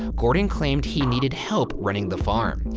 gordon claimed he needed help running the farm.